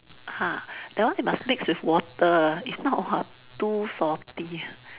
ha that one you must mix with water if not !wah! too salty ah